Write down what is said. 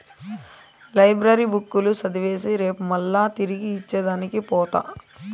library పుస్తకాలు చదివేసి రేపు మల్లా తిరిగి ఇచ్చే దానికి పోత